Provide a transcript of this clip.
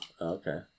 Okay